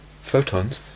Photons